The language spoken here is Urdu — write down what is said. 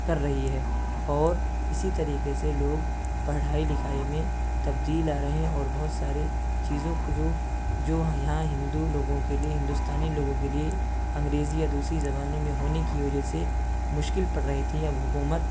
کر رہی ہے اور اسی طریقے سے لوگ پڑھائی لکھائی میں تبدیل آ رہے ہیں اور بہت سارے چیزوں کو جو جو یہاں ہندو لوگوں کے لیے ہندوستانی لوگوں کے لیے انگریزی یا دوسری زبانوں میں ہونے کی وجہ سے مشکل پر رہی تھی اب حکومت